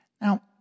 Now